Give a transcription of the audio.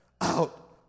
out